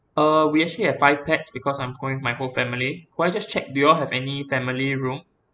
uh we actually have five pax because I'm going with my whole family could I just check do you all have any family room